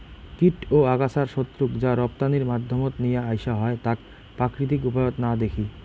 কীট ও আগাছার শত্রুক যা রপ্তানির মাধ্যমত নিয়া আইসা হয় তাক প্রাকৃতিক উপায়ত না দেখি